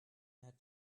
had